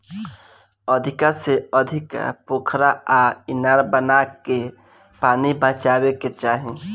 अधिका से अधिका पोखरा आ इनार बनाके पानी बचावे के चाही